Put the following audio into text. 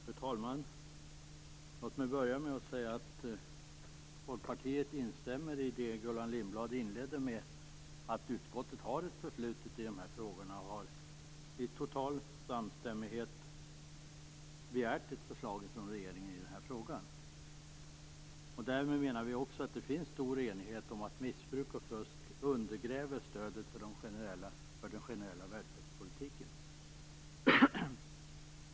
Fru talman! Låt mig börja med att säga att vi i Folkpartiet instämmer i det som Gullan Lindblad inledde med, nämligen att utskottet har ett förflutet i de här frågorna och i total samstämmighet begärt ett förslag från regeringen om detta. Därmed menar vi också att det finns en stor enighet om att missbruk och fusk undergräver stödet för den generella välfärdspolitiken.